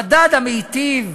המדד המיטיב